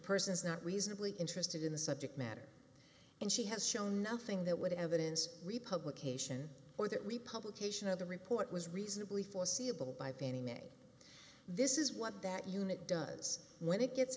persons not reasonably interested in the subject matter and she has shown nothing that would evidence republication or that republication of the report was reasonably foreseeable by fannie mae this is what that unit does when it gets